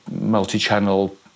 multi-channel